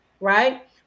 right